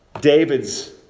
David's